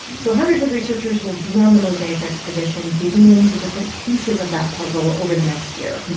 so hundreds of researchers will be on the mosaic expedition digging into different pieces of that puzzle over the next year.